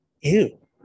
Ew